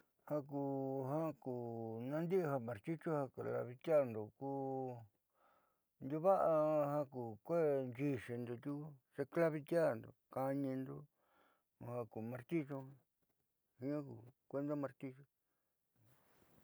Ja ku ja ku naandi'i ja martillu ja claveteando ku ndiuuva'a ja ku kuee nxiinindo tiku xeclaveteando kaanindo ja ku martillu jiaa ku kueenda martillu.